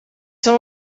sono